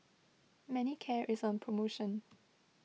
Manicare is on promotion